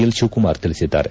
L Shivakumar ತಿಳಿಸಿದ್ದಾರೆ